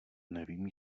nevím